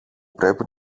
πρέπει